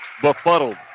befuddled